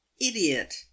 idiot